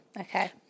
Okay